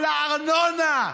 על הארנונה,